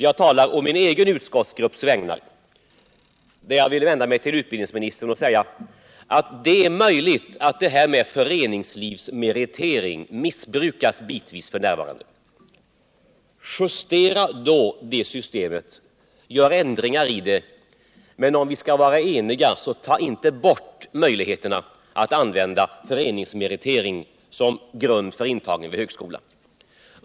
Jag talar å min egen utskottsgrupps vägnar och jag vänder mig till utbildningsministern, när jag säger att det är möjligt att föreningslivsmeritering f. n. bitvis missbrukas. Men justera då systemet! Om vi skall vara eniga 145 får ni inte ta bort möjligheterna att använda sig av föreningslivsmeritering som grund för intagning vid högskola.